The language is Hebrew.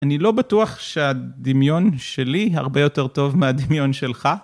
אני לא בטוח שהדמיון שלי הרבה יותר טוב מהדמיון שלך.